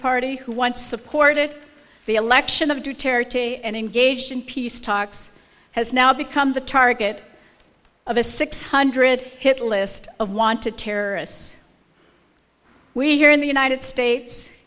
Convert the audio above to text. party who once supported the election of two territory and engaged in peace talks has now become the target of a six hundred hit list of want to terrorists we here in the united states